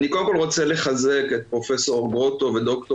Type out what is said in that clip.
אני קודם כול רוצה לחזק את פרופ' גרוטו וד"ר